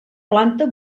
planta